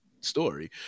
story